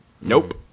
Nope